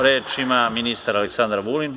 Reč ima ministar Aleksandar Vulin.